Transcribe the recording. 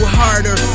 harder